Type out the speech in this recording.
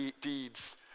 deeds